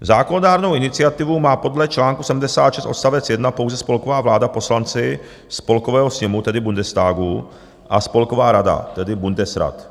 Zákonodárnou iniciativu má podle čl. 76 odst. 1 pouze spolková vláda, poslanci Spolkového sněmu, tedy Bundestagu, a Spolková rada, tedy Bundesrat.